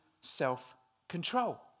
self-control